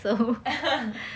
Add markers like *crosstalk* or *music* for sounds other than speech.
*laughs*